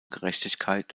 gerechtigkeit